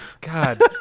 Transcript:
God